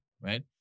right